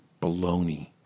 baloney